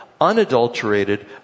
unadulterated